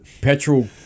petrol